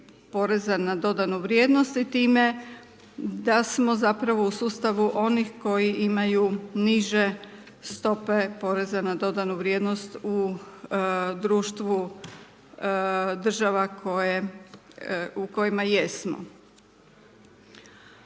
na dodatnu vrijednost i time da smo zapravo u sustavu onih koji imaju niže stope poreza na dodanu vrijednost u društvu država koje, u kojima jesmo.